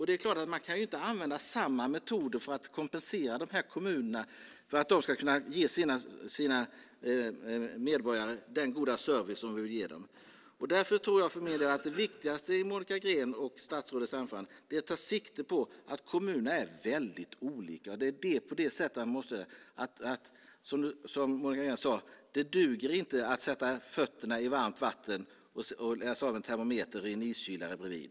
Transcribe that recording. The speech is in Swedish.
Det är klart att man inte kan använda samma metoder för att kompensera dessa kommuner för att de ska kunna ge sina medborgare den goda service som de vill ge dem. Därför tror jag för min del att det viktigaste i Monica Greens och statsrådets anföranden är att ta sikte på att kommunerna är väldigt olika, och det är på det sättet man måste se det. Jag säger ungefär som Monica Green sade: Det duger inte att sätta fötterna i varmt vatten och sedan läsa av termometern i en iskylare bredvid.